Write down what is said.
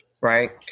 Right